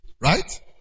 Right